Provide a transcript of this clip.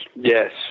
yes